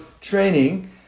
training